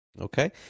Okay